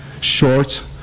Short